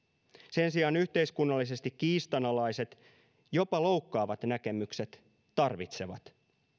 sen sijaan yhteiskunnallisesti kiistanalaiset jopa loukkaavat näkemykset tarvitsevat